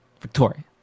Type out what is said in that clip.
Victoria